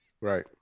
right